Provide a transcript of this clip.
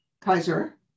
Kaiser